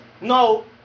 No